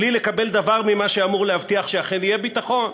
בלי לקבל דבר ממה שאמור להבטיח שאכן יהיה ביטחון?